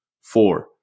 four